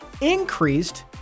increased